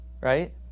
right